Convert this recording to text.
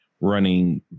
running